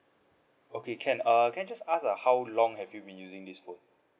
okay can uh I can just ask uh how long have you been using this phone